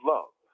Love